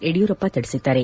ಯಡಿಯೂರಪ್ಪ ತಿಳಿಸಿದ್ದಾರೆ